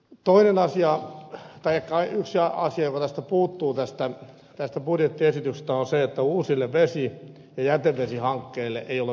yksi asia joka tästä budjettiesityksestä puuttuu on se että uusille vesi ja jätevesihankkeille ei ole myönnetty rahoitusta